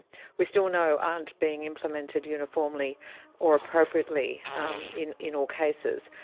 we still know aren't being implemented uniformly or appropriately um in in all cases.